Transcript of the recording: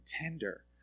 tender